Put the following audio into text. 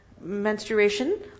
menstruation